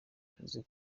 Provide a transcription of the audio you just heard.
yavuze